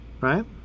Right